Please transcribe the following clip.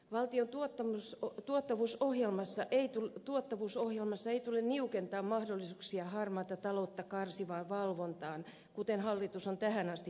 valtio tuotannossa koko tuottavuusohjelmassa ei valtion tuottavuusohjelmassa ei tule niukentaa mahdollisuuksia harmaata taloutta karsivaan valvontaan kuten hallitus on tähän asti tehnyt